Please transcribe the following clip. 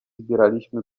zbieraliśmy